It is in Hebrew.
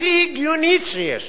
הכי הגיונית שיש,